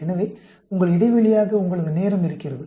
எனவே உங்கள் இடைவெளியாக உங்களது நேரம் இருக்கிறது